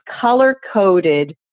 color-coded